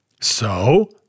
So